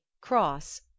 cross